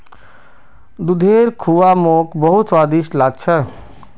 दूधेर खुआ मोक बहुत स्वादिष्ट लाग छ